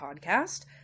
podcast